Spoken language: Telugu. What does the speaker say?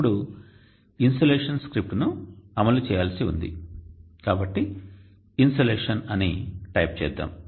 ఇప్పుడు ఇన్సోలేషన్ స్క్రిప్ట్ను అమలు చేయాల్సి ఉంది కాబట్టి INSOLATION అని టైప్ చేద్దాం